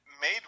made